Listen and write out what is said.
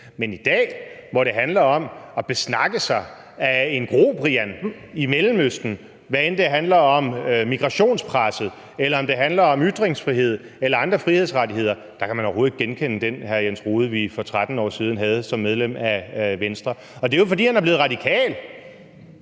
men i dag, hvor det handler om at lade sig besnakke af en grobrian i Mellemøsten, hvad end det handler om migrationspresset, eller om det handler om ytringsfrihed eller andre frihedsrettigheder, kan man overhovedet ikke genkende den hr. Jens Rohde, vi for 13 år siden havde som medlem af Venstre. Og det er jo, fordi han er blevet radikal.